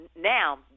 now